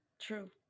True